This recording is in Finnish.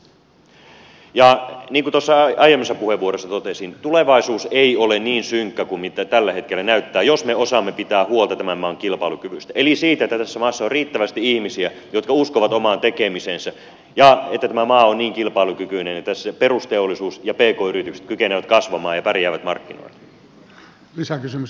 niin kuin tuossa aiemmissa puheenvuoroissa totesin tulevaisuus ei ole niin synkkä kuin miltä tällä hetkellä näyttää jos me osaamme pitää huolta tämän maan kilpailukyvystä eli siitä että tässä maassa on riittävästi ihmisiä jotka uskovat omaan tekemiseensä ja että tämä maa on niin kilpailukykyinen että perusteollisuus ja pk yritykset kykenevät kasvamaan ja pärjäävät markkinoilla